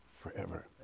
forever